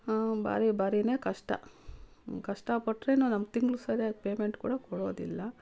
ಹಾಂ ಭಾರಿ ಭಾರಿಯೇ ಕಷ್ಟ ಕಷ್ಟಪಟ್ರೇನು ನಮ್ಗೆ ತಿಂಗ್ಳಿಗೆ ಸರಿಯಾಗಿ ಪೇಮೆಂಟ್ ಕೂಡ ಕೊಡೋದಿಲ್ಲ